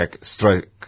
strike